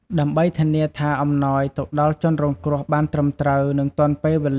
ដើម្បីធានាថាអំណោយទៅដល់ជនរងគ្រោះបានត្រឹមត្រូវ និងទាន់ពេលវេលា ដោយមិនមានការជាន់គ្នាចែកចាយ ឬបាត់បង់ប្រសិទ្ធភាព។